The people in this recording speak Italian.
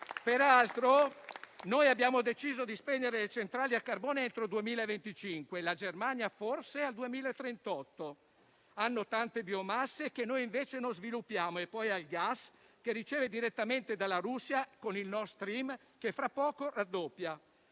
Peraltro, noi abbiamo deciso di spegnere le centrali a carbone entro il 2025, la Germania forse al 2038. Hanno tante biomasse che noi invece non sviluppiamo e poi hanno il gas, che ricevono direttamente dalla Russia, con il Nord Stream, che fra poco raddoppierà.